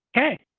okay.